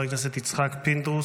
חבר הכנסת יצחק פינדרוס,